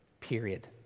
Period